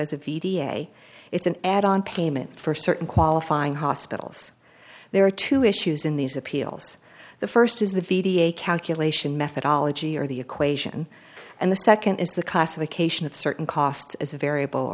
as a v g a it's an add on payment for certain qualifying hospitals there are two issues in these appeals the first is the vdare calculation methodology or the equation and the second is the classification of certain cost as a variable